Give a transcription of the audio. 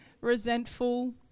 resentful